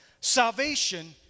Salvation